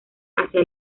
hacia